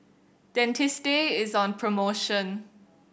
Dentiste is on promotion